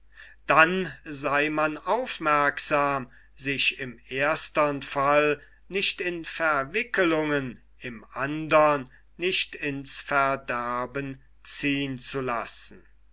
dann sei man aufmerksam sich im erstem fall nicht in verwickelungen im andern nicht ins verderben ziehn zu lassen